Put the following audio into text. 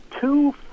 two